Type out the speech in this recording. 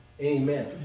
Amen